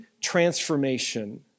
transformation